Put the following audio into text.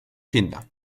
kinder